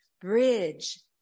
bridge